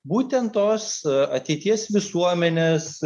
būtent tos ateities visuomenės